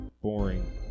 boring